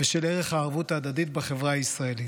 ושל ערך הערבות ההדדית בחברה הישראלית.